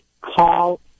call